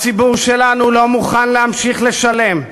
הציבור שלנו לא מוכן להמשיך לשלם.